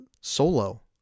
solo